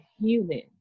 human